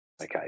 okay